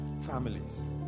families